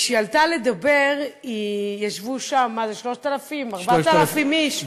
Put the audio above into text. וכשהיא עלתה לדבר, ישבו שם 3,000, 4,000 איש.